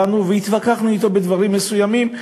באנו והתווכחנו אתו בדברים מסוימים,